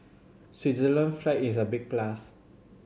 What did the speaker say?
Switzerland flag is a big plus